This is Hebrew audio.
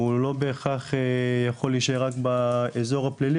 שהוא לא בהכרח יכול להישאר רק באזור הפלילי,